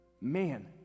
man